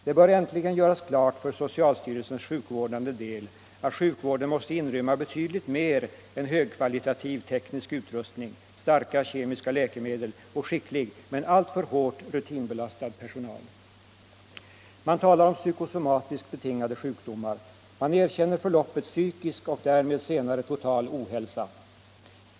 Det bör äntligen göras klart för socialstyrelsens sjukvårdande del att sjukvården måste inrymma betydligt mer än högkvalitativ teknisk utrustning, starka kemiska läkemedel och skicklig, men alltför hårt rutinbelastad personal. Man talar om psykosomatiskt betingade sjukdomar. Man erkänner förloppet psykisk och därmed senare total ohälsa.